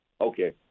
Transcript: Okay